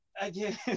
again